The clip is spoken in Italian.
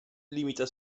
limita